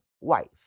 wife